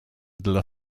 dla